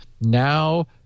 now